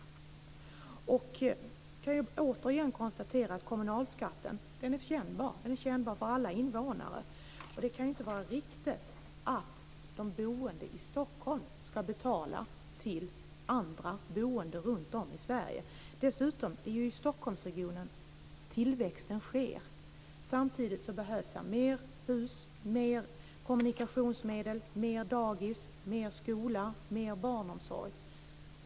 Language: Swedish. Återigen kan jag konstatera att kommunalskatten är kännbar. Den är kännbar för alla invånare. Det kan väl inte vara riktigt att de boende i Stockholm ska betala till andra boende runtom i Sverige. Dessutom: Det är i Stockholmsregionen som tillväxten sker. Samtidigt behövs här mer hus, mer kommunikationsmedel, mer dagis, mer skola och mer barnomsorg.